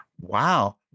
Wow